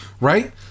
Right